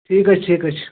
ٹھیٖک حظ ٹھیٖک حظ چھُ